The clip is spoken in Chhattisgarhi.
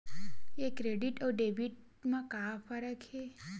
ये क्रेडिट आऊ डेबिट मा का फरक है?